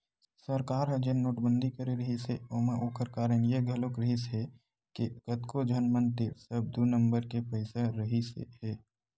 सरकार ह जेन नोटबंदी करे रिहिस हे ओमा ओखर कारन ये घलोक रिहिस हे के कतको झन मन तीर सब दू नंबर के पइसा रहिसे हे